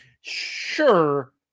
Sure